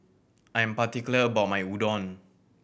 I'm particular about my Udon